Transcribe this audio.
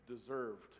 deserved